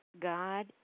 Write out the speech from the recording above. God